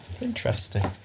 Interesting